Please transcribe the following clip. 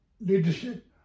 leadership